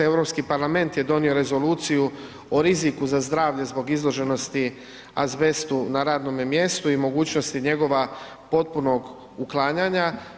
Europski parlament je donio rezoluciju o riziku za zdravlje zbog izloženosti azbestu na radnome mjestu i mogućnosti njegova potpunog uklanjanja.